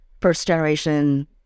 first-generation